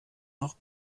noch